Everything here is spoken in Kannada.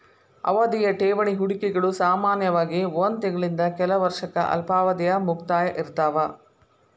ಅವಧಿಯ ಠೇವಣಿ ಹೂಡಿಕೆಗಳು ಸಾಮಾನ್ಯವಾಗಿ ಒಂದ್ ತಿಂಗಳಿಂದ ಕೆಲ ವರ್ಷಕ್ಕ ಅಲ್ಪಾವಧಿಯ ಮುಕ್ತಾಯ ಇರ್ತಾವ